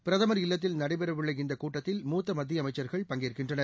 பிரதமர் இல்லத்தில் நடைபெறவுள்ள இந்தக் கூட்டத்தில் மூத்த மத்திய அமைச்சர்கள் பங்கேற்கின்றனர்